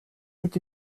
est